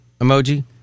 emoji